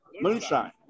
Moonshine